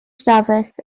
dafis